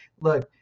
look